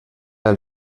del